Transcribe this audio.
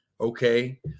Okay